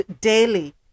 daily